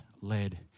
led